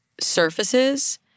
surfaces